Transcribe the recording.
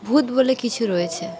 ভূত বলে কিছু রয়েছে